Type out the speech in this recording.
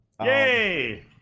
Yay